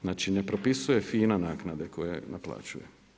Znači ne propisuje FINA naknade koje naplaćuje.